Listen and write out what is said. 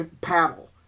paddle